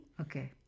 okay